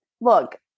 look